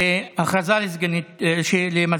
חוק התוכנית לסיוע כלכלי (נגיף הקורונה